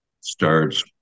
starts